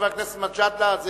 חבר הכנסת מג'אדלה,